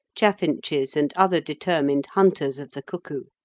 chaffinches, and other determined hunters of the cuckoo.